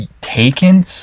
taken